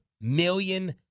million